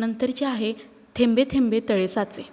नंतर जे आहे थेंबे थेंबे तळे साचे